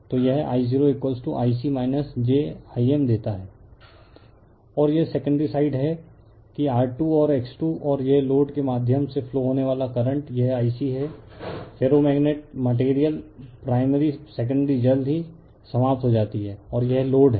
तो यह I0 Ic jIm देता है और यह सेकेंडरी साइड है कि R2 और X2 और यह लोड के माध्यम से फ्लो होने वाला करंट यह Ic है फेरोमैग्नेट मटेरियल प्राइमरी सेकेंडरी जल्द ही समाप्त हो जाती है और यह लोड है